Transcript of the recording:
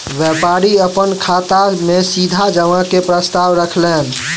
व्यापारी अपन खाता में सीधा जमा के प्रस्ताव रखलैन